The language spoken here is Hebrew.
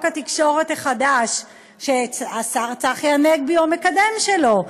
התקשורת החדש שהשר צחי הנגבי הוא המקדם שלו,